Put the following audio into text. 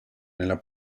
nella